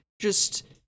just-